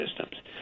systems